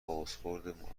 بازخورد